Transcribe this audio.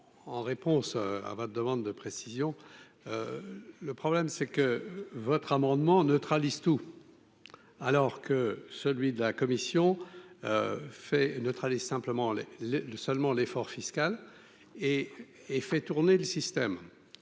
en réponse à votre demande de précision, le problème c'est que votre amendement neutralisent tout alors que celui de la commission fait neutre aller simplement les les deux seulement l'effort fiscal et fait tourner le système